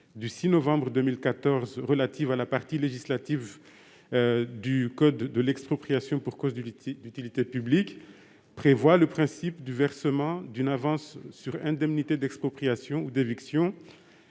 du 6 novembre 2014 relative à la partie législative du code de l'expropriation pour cause d'utilité publique, prévoit le principe du versement d'une avance sur indemnité d'expropriation ou d'éviction,